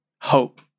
hope